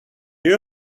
you